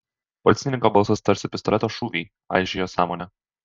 policininko balsas tarsi pistoleto šūviai aižė jo sąmonę